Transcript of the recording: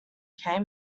came